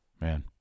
Man